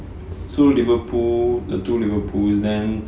so Liverpool the two Liverpool then